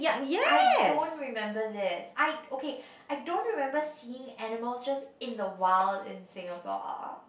I don't remember this I okay I don't remember seeing animals just in the wild in Singapore